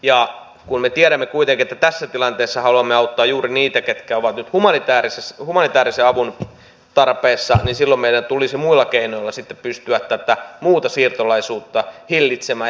ja kun me tiedämme kuitenkin että tässä tilanteessa haluamme auttaa juuri niitä ketkä ovat nyt humanitäärisen avun tarpeessa niin silloin meidän tulisi muilla keinoilla sitten pystyä tätä muuta siirtolaisuutta hillitsemään